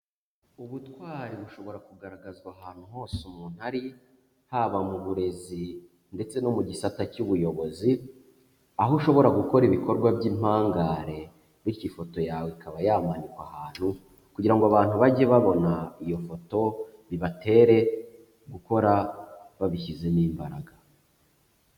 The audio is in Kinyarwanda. Ubutwari bushobora kugaragazwa ahantu hose umuntu ari, haba mu burezi ndetse no mu gisata cy'ubuyobozi, aho ushobora gukora ibikorwa by'impangare, bityo ifoto yawe ikaba yamanikwa ahantu, kugira ngo abantu bajye babona iyo foto bibatere gukora babishyizemo imbaraga.